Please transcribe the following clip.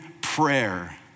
prayer